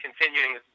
continuing